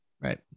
right